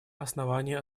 основания